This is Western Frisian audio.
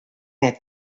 net